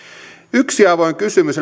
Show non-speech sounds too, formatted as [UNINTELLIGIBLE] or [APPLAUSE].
yksi avoin kysymys [UNINTELLIGIBLE]